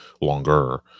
longer